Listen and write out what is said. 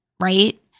right